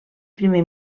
primer